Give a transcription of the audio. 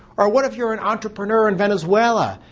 or what if you're an entrepreneur in venezuela,